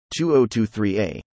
2023a